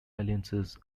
alliances